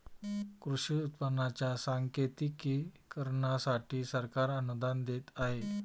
कृषी उत्पादनांच्या सांकेतिकीकरणासाठी सरकार अनुदान देत आहे